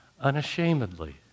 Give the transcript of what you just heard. unashamedly